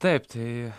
taip tai